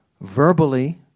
verbally